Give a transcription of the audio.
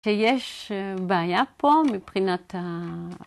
שיש בעיה פה מבחינת ה...